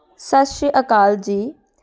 ਸਤਿ ਸ਼੍ਰੀ ਅਕਾਲ ਜੀ